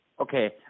okay